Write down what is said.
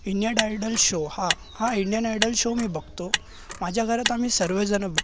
इनियड idol show हा हा Indian idol show मी बघतो माझ्या घरात आम्ही सर्वजणं बघतो